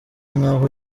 nk’aho